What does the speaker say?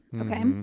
Okay